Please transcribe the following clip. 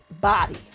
body